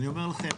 אני אומר לכם,